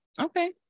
Okay